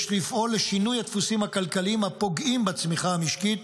יש לפעול לשינוי הדפוסים הכלכליים הפוגעים בצמיחה המשקית,